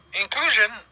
inclusion